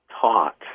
taught